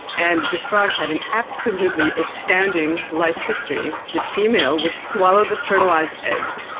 and this frog had an absolutely astounding life history. the female would swallow the fertilised eggs,